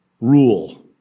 rule